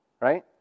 Right